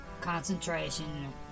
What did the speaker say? concentration